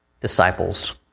disciples